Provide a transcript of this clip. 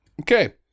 Okay